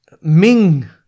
Ming